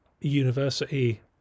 university